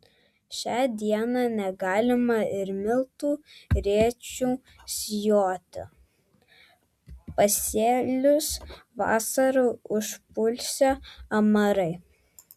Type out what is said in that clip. šią dieną negalima ir miltų rėčiu sijoti pasėlius vasarą užpulsią amarai